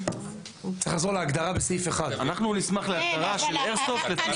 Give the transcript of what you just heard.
צריך לחזור להגדרה בסעיף 1. אנחנו נשמח להגדרה של איירסופט.